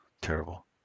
Terrible